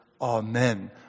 Amen